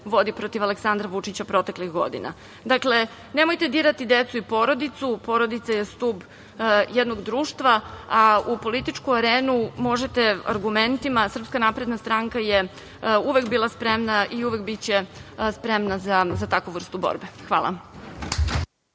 vodi protiv Aleksandra Vučića proteklih godina. Dakle, nemojte dirati decu i porodicu. Porodica je stub jednog društva, a u političku arenu možete argumentima. Srpska napredna stranka je uvek bila spremna i uvek će biti spremna za takvu vrstu borbe. Hvala.